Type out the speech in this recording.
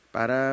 Para